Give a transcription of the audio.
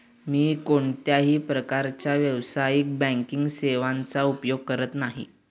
मी कोणत्याही प्रकारच्या व्यावसायिक बँकिंग सेवांचा उपयोग करत नाही